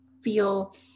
feel